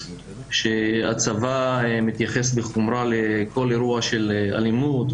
שהצבא מתייחס בחומרה לכל אירוע של אלימות,